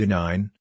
nine